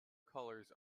colors